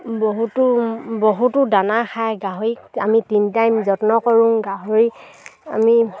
বহুতো বহুতো দানা খায় গাহৰিক আমি তিনটাইম যত্ন কৰোঁ গাহৰি আমি